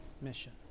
mission